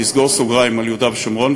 לסגור סוגריים על יהודה ושומרון,